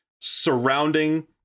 surrounding